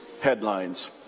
headlines